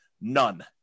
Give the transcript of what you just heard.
None